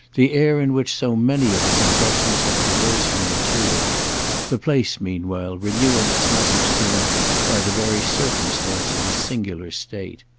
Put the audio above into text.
the air in which so many of his impressions had perversely matured the place meanwhile renewing its message to him by the very circumstance of his single state.